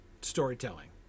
storytelling